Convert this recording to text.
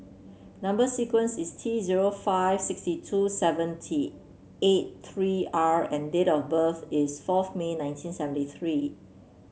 number sequence is T zero five sixty two seventy eight three R and date of birth is fourth May nineteen seventy three